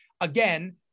again